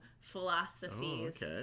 philosophies